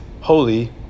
holy